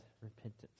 repentance